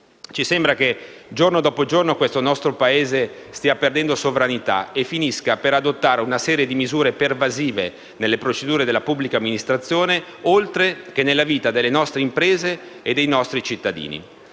ci sembra che giorno dopo giorno questo nostro Paese stia perdendo sovranità e finisca per adottare una serie di misure pervasive nelle procedure della pubblica amministrazione, oltre che nella vita delle nostre imprese anche in quella dei nostri cittadini.